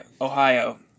Ohio